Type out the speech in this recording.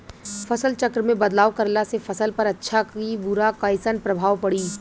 फसल चक्र मे बदलाव करला से फसल पर अच्छा की बुरा कैसन प्रभाव पड़ी?